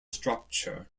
structure